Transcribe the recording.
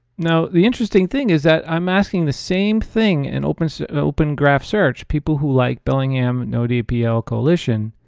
now, the interesting thing is that i'm asking the same thing and in sort of open graph search, people who like billingham no dapl coalition,